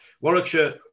Warwickshire